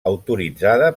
autoritzada